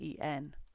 en